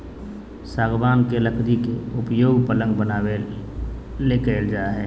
सागवान के लकड़ी के उपयोग पलंग बनाबे ले कईल जा हइ